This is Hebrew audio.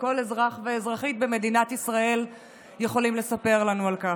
וכל אזרח ואזרחית במדינת ישראל יכולים לספר לנו על כך.